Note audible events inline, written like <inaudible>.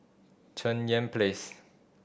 Cheng Yan Place <noise>